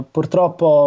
Purtroppo